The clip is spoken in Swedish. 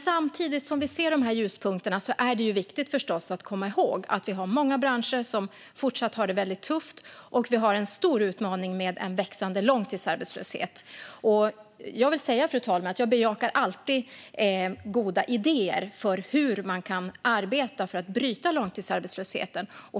Samtidigt som vi ser ljuspunkterna är det förstås viktigt att komma ihåg att det finns många branscher som fortfarande har det tufft, och det råder en stor utmaning med en växande långtidsarbetslöshet. Jag bejakar alltid, fru talman, goda idéer för hur man kan arbeta för att bryta långtidsarbetslösheten.